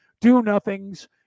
Do-Nothings